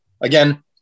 Again